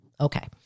Okay